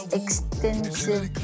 extensive